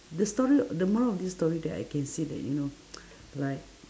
the story the moral of this story that I can see that you know like